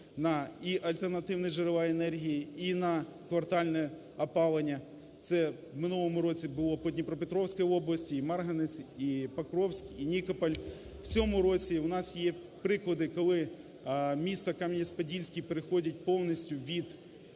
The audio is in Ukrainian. на альтернативні джерела енергії, і на квартальне опалення. Це в минулому році було по Дніпропетровській області і Марганець, і Покровськ, і Нікополь. В цьому році у нас є приклади, коли місто Кам'янець-Подільський переходить повністю від